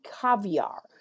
caviar